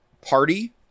party